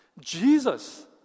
Jesus